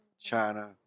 China